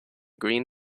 green